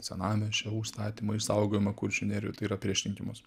senamiesčio užstatymą išsaugomą kuršių nerijų tai yra prieš rinkimus